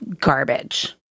garbage